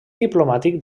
diplomàtic